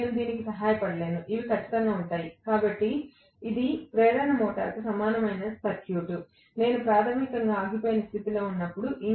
నేను దీనికి సహాయపడలేను ఇవి ఖచ్చితంగా ఉంటాయి కాబట్టి ఇది ప్రేరణ మోటారుకు సమానమైన సర్క్యూట్ నేను ప్రాథమికంగా ఆగిపోయిన స్థితిలో ఉన్నప్పుడు